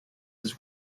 his